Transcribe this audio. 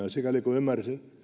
ja sikäli kuin ymmärsin